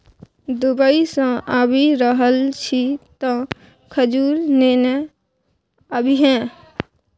Dubai सँ आबि रहल छी तँ खजूर नेने आबिहे